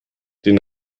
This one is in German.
den